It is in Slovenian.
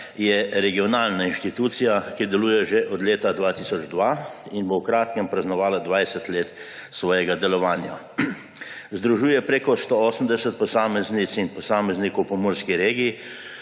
je regionalna institucija, ki deluje že od leta 2002 in bo v kratkem praznovala 20 let svojega delovanja. Združuje preko 180 posameznic in posameznikov v pomurski regiji,